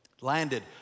Landed